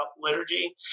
liturgy